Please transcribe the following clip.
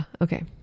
okay